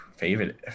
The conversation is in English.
favorite